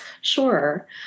Sure